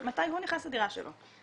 מתי הוא נכנס לדירה שלו.